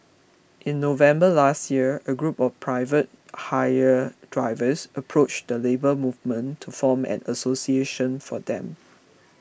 in November last year a group of private hire drivers approached the Labour Movement to form an association for them